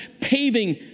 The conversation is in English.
paving